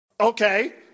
okay